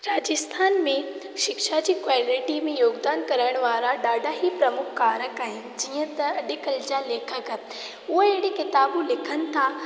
राजस्थान में शिक्षा जी क्वालिटी में योगदानु करणु वारा ॾाढा ई प्रमुख कारण आहिनि जीअं त अॼुकल्ह जा लेखक उहे अहिड़ी किताबूं लिखनि था